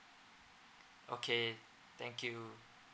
okay thank you